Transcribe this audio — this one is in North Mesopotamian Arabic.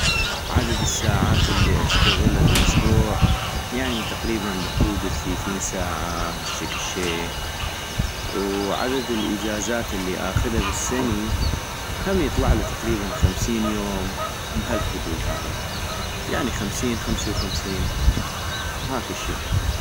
عدد الساعات الي اشتغلا بالاسبوع يعني تقريبا بحدود الثيثين ساعة هشكل شي، وعدد الاجازات الي اخذا بالسني ، هم يطلعلا تقرييبا خممسين يوم بهالحدود هذا يعني خمسين خمسي وخمسين هكذ شي